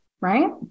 right